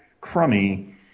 crummy